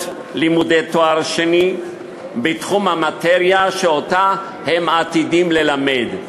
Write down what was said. לימודי תואר שני בתחום המאטריה שהם עתידים ללמד,